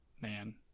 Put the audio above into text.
man